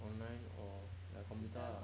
online or like the computer lah